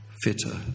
fitter